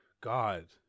God